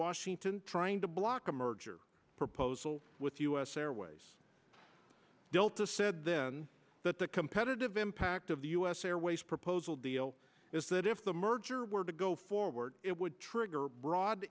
washington trying to block a merger proposal with u s airways delta said then that the competitive impact of the us airways proposal deal is that if the merger were to go forward it would trigger broad